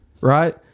Right